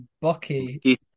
Bucky